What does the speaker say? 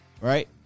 right